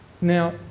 Now